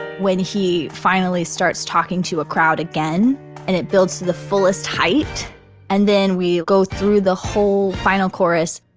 when he finally starts talking to a crowd again and it builds to the fullest height and then we like go through the whole final chorus.